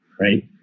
Right